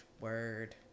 word